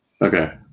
Okay